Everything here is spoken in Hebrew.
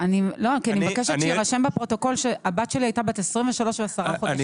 כי אני מבקשת שיירשם בפרוטוקול שהבת שלי הייתה בת 23 ו-10 חודשים.